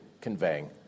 conveying